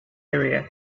area